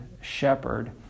shepherd